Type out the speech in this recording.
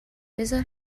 بزار